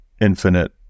infinite